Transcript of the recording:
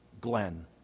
Glenn